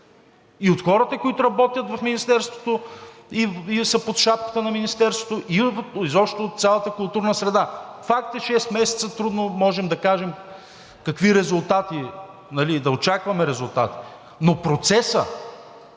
и от хората, които работят в Министерството и са под шапката на Министерството, и изобщо от цялата културна среда. Факт е, че шест месеца трудно можем да кажем какви резултати, нали, да очакваме резултати, но процесът,